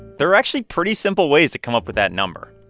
there are actually pretty simple ways to come up with that number.